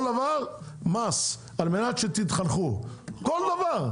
כל דבר מס על מנת שתתחנכו, כל דבר.